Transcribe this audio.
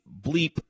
bleep